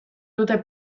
dute